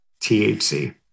THC